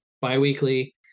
bi-weekly